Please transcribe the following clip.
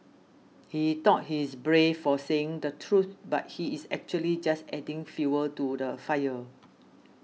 he thought he is brave for saying the truth but he is actually just adding fuel to the fire